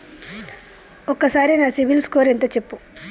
ఒక్కసారి నా CIBIL score ఎంత చెప్పు?